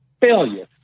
failure